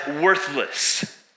worthless